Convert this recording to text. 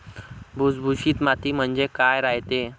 भुसभुशीत माती म्हणजे काय रायते?